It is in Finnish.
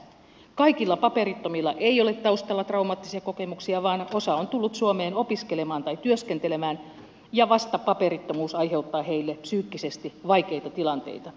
kaikilla paperittomilla ei ole taustalla traumaattisia kokemuksia vaan osa on tullut suomeen opiskelemaan tai työskentelemään ja vasta paperittomuus aiheuttaa heille psyykkisesti vaikeita tilanteita